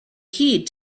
heed